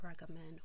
recommend